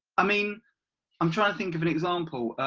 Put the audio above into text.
i mean i'm trying to think of an example.